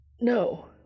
No